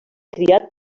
criat